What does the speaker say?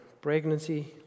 Pregnancy